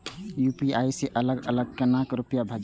UPI से अलग अलग केना रुपया भेजब